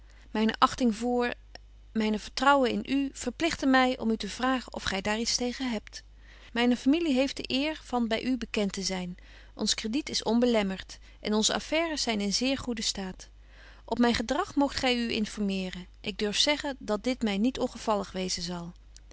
myne achting voor myn vertrouwen in u verpligten my om u te vragen of gy daar iets tegen hebt myne familie heeft de eer van by u bekent te zyn ons crediet is onbelemmert en onze affaires zyn in een zeer goeden staat op myn gedrag moogt gy u informeeren ik durf zeggen dat dit my niet ongevallig wezen zal